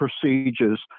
procedures